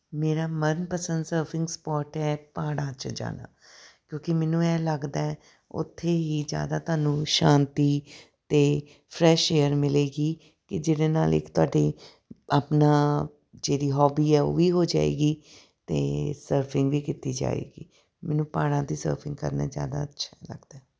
ਮੇਰਾ ਮਨਪਸੰਦ surfing sport ਹੈ ਪਹਾੜਾਂ 'ਚ ਜਾਣਾ ਕਿਉਂਕਿ ਮੈਨੂੰ ਇਹ ਲੱਗਦਾ ਹੈ ਉੱਥੇ ਹੀ ਜ਼ਿਆਦਾ ਤੁਹਾਨੂੰ ਸ਼ਾਂਤੀ ਅਤੇ ਫਰੈਸ਼ ਏਅਰ ਮਿਲੇਗੀ ਕਿ ਜਿਹਦੇ ਨਾਲ ਇੱਕ ਤੁਹਾਡੀ ਆਪਣੀ ਜਿਹੜੀ ਹੋਬੀ ਹੈ ਉਹ ਵੀ ਹੋ ਜਾਏਗੀ ਅਤੇ ਸਰਫਿੰਗ ਵੀ ਕੀਤੀ ਜਾਏਗੀ ਮੈਨੂੰ ਪਹਾੜਾਂ ਦੀ ਸਰਫਿੰਗ ਕਰਨਾ ਜ਼ਿਆਦਾ ਅੱਛਾ ਲੱਗਦਾ ਹੈ